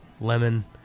lemon